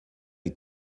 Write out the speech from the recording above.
est